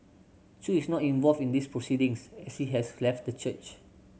chew is not involved in these proceedings as he has left the church